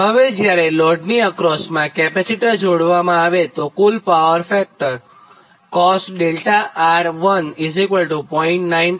હવેજ્યારે લોડની અક્રોસમાં કેપેસિટર જોડવામાં આવે તો કુલ પાવર ફેક્ટર cos 𝛿𝑅1 0